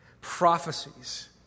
prophecies